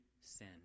sin